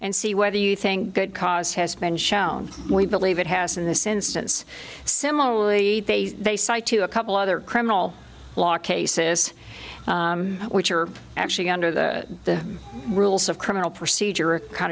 and see whether you think good cause has been shown we believe it has in this instance similarly they cite to a couple other criminal law cases which are actually under the rules of criminal procedure a kind